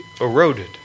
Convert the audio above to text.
eroded